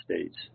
states